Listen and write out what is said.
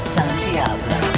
Santiago